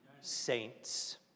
saints